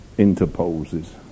Interposes